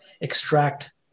extract